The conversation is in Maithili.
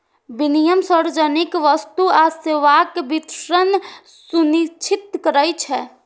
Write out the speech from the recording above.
विनियम सार्वजनिक वस्तु आ सेवाक वितरण सुनिश्चित करै छै